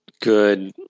good